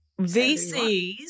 VCs